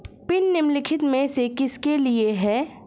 Pin निम्नलिखित में से किसके लिए है?